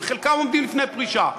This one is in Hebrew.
וחלקם עומדים לפני פרישה,